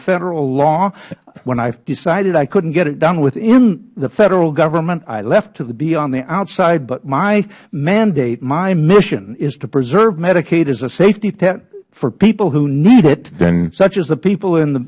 federal law when i decided i couldnt get it done within the federal government i left to be on the outside but my mandate my mission is to preserve medicaid as a safety net for people who need it such as the people in th